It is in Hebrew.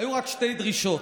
היו רק שתי דרישות,